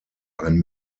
ein